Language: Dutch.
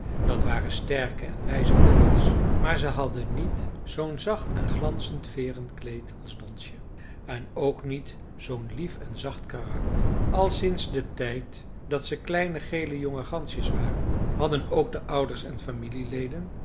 dat waren sterke en wijze vogels maar ze hadden niet zoo'n zacht en glanzend veerenkleed als donsje en ook niet zoo'n lief en zacht karakter al sinds den tijd dat ze kleine gele jonge gansjes waren hadden ook de ouders en familieleden